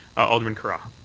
alderman carra?